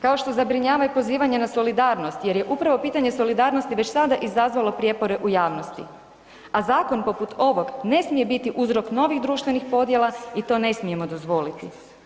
Kao što zabrinjava i pozivanje na solidarnost jer je upravo pitanje solidarnosti već sada izazvalo prijepore u javnosti, a zakon poput ovog ne smije biti uzrok novih društvenih podjela i to ne smijemo dozvoliti.